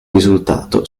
risultato